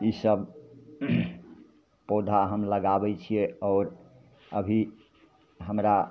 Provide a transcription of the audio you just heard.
ईसब पौधा हम लगाबै छिए आओर अभी हमरा